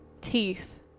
teeth